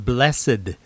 Blessed